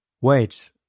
Wait